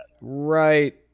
right